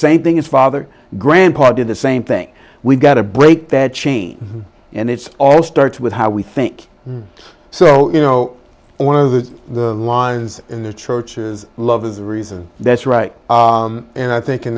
same thing is father grandpa did the same thing we've got to break that chain and it's all starts with how we think so you know one of the lines in the church is love is the reason that's right and i think in